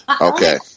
Okay